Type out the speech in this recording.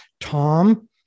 Tom